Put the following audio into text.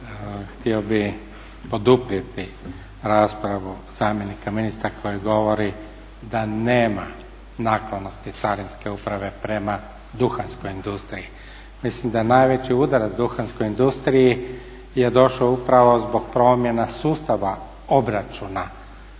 htio bih poduprijeti raspravu zamjenika ministra koji govori da nema naklonosti carinske uprave prema duhanskoj industriji. Mislim da najveći udarac duhanskoj industriji je došao upravo zbog promjena sustava obračuna